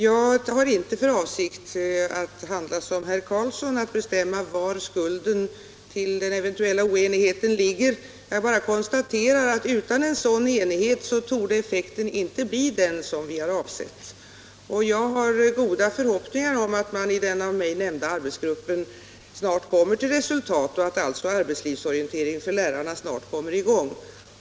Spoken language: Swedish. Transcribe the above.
Jag har inte för avsikt att göra som herr Karlsson och bestämma var skulden till den eventuella oenigheten ligger. Jag bara konstaterar att utan enighet torde effekten inte bli den som vi har avsett. Jag har goda förhoppningar om att man i den av mig nämnda arbetsgruppen snart kommer till resultat och att alltså arbetslivsorientering för lärarna snart skall komma i gång.